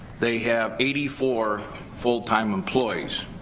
they have eighty four full time employees,